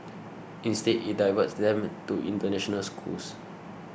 instead it diverts them to international schools